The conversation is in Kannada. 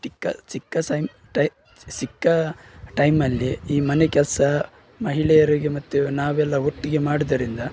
ತಿಕ್ಕ ಸಿಕ್ಕ ಸೈಮ್ ಟೈ ಸಿಕ್ಕ ಟೈಮಲ್ಲಿ ಈ ಮನೆ ಕೆಲಸ ಮಹಿಳೆಯರಿಗೆ ಮತ್ತೆ ನಾವೆಲ್ಲ ಒಟ್ಟಿಗೆ ಮಾಡುವುದರಿಂದ